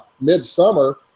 midsummer